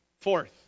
Fourth